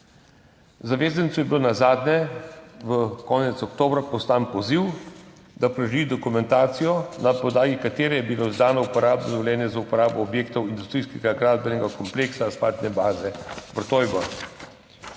Zavezancu je bil nazadnje konec oktobra poslan poziv, da predloži dokumentacijo, na podlagi katere je bilo izdano uporabno dovoljenje za uporabo objektov industrijskega gradbenega kompleksa asfaltne baze Vrtojba.